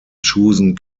chosen